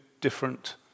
different